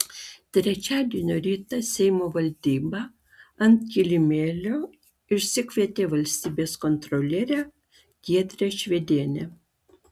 trečiadienio rytą seimo valdyba ant kilimėlio išsikvietė valstybės kontrolierę giedrę švedienę